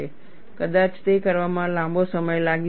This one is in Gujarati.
કદાચ તે કરવામાં લાંબો સમય લાગી શકે છે